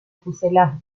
fuselaje